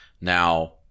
Now